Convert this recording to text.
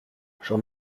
j’en